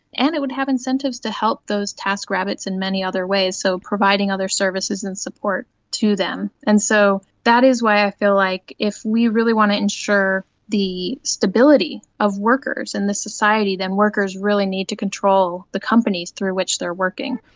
and it would have incentives to help those taskrabbits in many other ways, so providing other services and support to them. and so that is why i feel like if we really want to ensure the stability of workers in this society then workers really need to control the companies through which they are working.